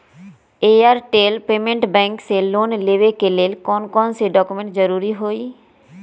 Airtel payments bank से loan लेवे के ले कौन कौन डॉक्यूमेंट जरुरी होइ?